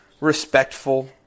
respectful